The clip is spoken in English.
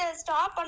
stop